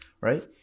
right